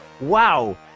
Wow